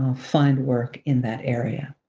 ah find work in that area.